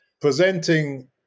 Presenting